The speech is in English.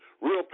real